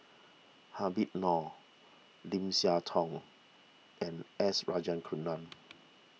Habib Noh Lim Siah Tong and S Rajaratnam